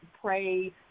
pray